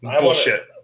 bullshit